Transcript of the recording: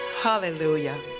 hallelujah